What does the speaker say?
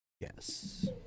Yes